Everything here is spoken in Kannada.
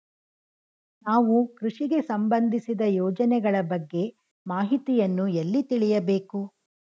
ನಾವು ಕೃಷಿಗೆ ಸಂಬಂದಿಸಿದ ಯೋಜನೆಗಳ ಬಗ್ಗೆ ಮಾಹಿತಿಯನ್ನು ಎಲ್ಲಿ ತಿಳಿಯಬೇಕು?